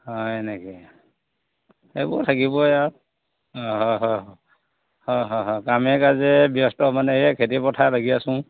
হয় এনেকে এইবোৰ থাকিবই আউ হয় হয় হয় হয় হয় হয় কামে কাজে ব্যস্ত মানে এই খেতি পথাৰ লাগি আছো